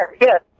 Yes